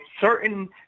certain